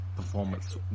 performance